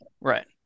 Right